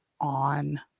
on